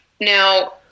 now